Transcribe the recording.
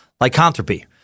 lycanthropy